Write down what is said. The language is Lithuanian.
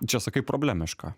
čia sakai problemiška